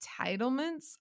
entitlements